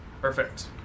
Perfect